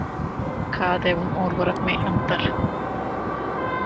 खाद एवं उर्वरक में अंतर?